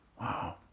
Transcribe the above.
Wow